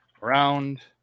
round